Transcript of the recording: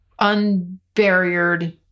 unbarriered